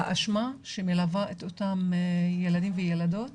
האשמה שמלווה את אותם ילדים וילדות